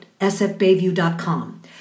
sfbayview.com